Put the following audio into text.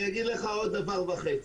אני אגיד לך עוד דבר וחצי.